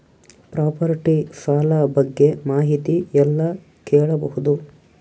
Property ಸಾಲ ಬಗ್ಗೆ ಮಾಹಿತಿ ಎಲ್ಲ ಕೇಳಬಹುದು?